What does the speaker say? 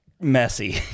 messy